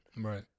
Right